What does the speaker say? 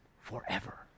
forever